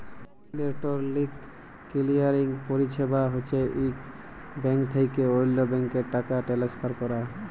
electronic clearing পরিছেবা হছে ইক ব্যাংক থ্যাইকে অল্য ব্যাংকে টাকা টেলেসফার ক্যরা